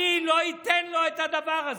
אני לא אתן לו את הדבר הזה,